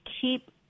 keep